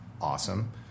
awesome